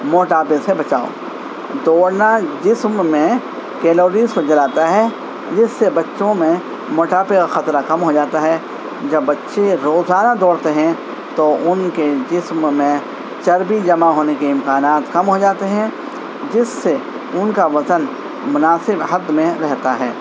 موٹاپے سے بچاؤ دوڑنا جسم میں کیلوریز کو جلاتا ہے جس سے بچوں میں موٹاپے کا خطرہ کم ہو جاتا ہے جب بچے روزانہ دوڑتے ہیں تو ان کے جسم میں چربی جمع ہونے کے امکانات کم ہو جاتے ہیں جس سے ان کا وزن مناسب حد میں رہتا ہے